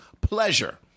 Pleasure